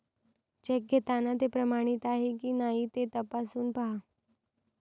check घेताना ते प्रमाणित आहे की नाही ते तपासून पाहा